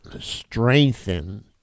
strengthen